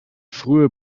frühe